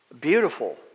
beautiful